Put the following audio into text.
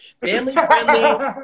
family-friendly